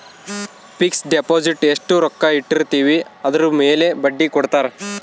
fix deposit ಎಸ್ಟ ರೊಕ್ಕ ಇಟ್ಟಿರ್ತಿವಿ ಅದುರ್ ಮೇಲೆ ಬಡ್ಡಿ ಕೊಡತಾರ